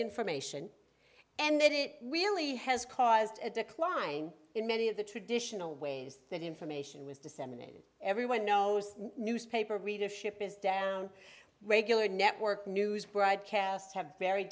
information and that it really has caused a decline in many of the traditional ways that information was disseminated everyone knows newspaper readership is down regular network news broadcasts have